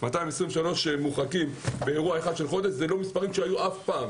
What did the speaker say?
223 מורחקים בחודש זה לא מספר שהיה אי פעם.